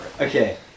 Okay